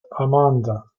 amanda